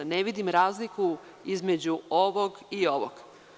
Ne vidim razliku između ovog i ovog.